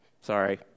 sorry